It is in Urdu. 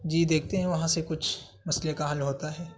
جی دیکھتے ہیں وہاں سے کچھ مسئلے کا حل ہوتا ہے